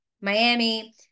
Miami